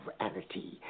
reality